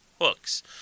hooks